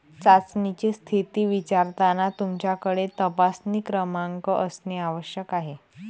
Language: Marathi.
चाचणीची स्थिती विचारताना तुमच्याकडे तपासणी क्रमांक असणे आवश्यक आहे